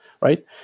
right